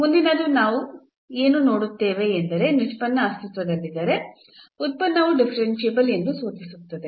ಮುಂದಿನದು ನಾವು ಏನು ನೋಡುತ್ತೇವೆ ಎಂದರೆ ನಿಷ್ಪನ್ನ ಅಸ್ತಿತ್ವದಲ್ಲಿದ್ದರೆ ಉತ್ಪನ್ನವು ಡಿಫರೆನ್ಸಿಬಲ್ ಎಂದು ಸೂಚಿಸುತ್ತದೆ